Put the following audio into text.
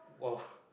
!wow!